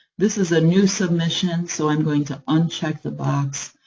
this is a new submission, and so i'm going to uncheck the box,